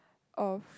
of